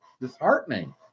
disheartening